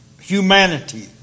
humanity